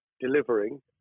delivering